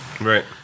Right